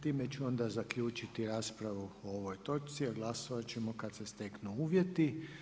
Time ću onda zaključiti raspravu o ovoj točci, a glasovat ćemo kada se steknu uvjeti.